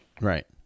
Right